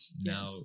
now